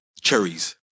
cherries